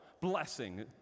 blessing